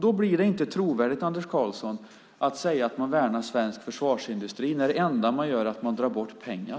Det blir inte trovärdigt, Anders Karlsson, att säga att man värnar svensk försvarsindustri när det enda man gör är att dra bort pengar.